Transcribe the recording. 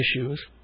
issues